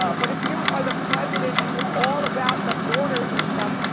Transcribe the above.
ah but if you are the president and you're all about the borders and stuff,